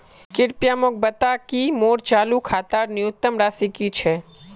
कृपया मोक बता कि मोर चालू खातार न्यूनतम राशि की छे